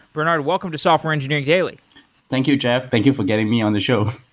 bernard, welcome to software engineering daily thank you, jeff. thank you for getting me on the show.